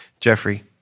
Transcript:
Jeffrey